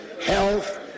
health